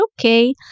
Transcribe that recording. okay